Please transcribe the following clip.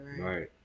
Right